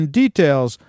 details